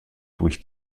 durch